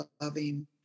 loving